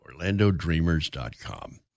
OrlandoDreamers.com